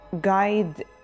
guide